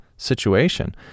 situation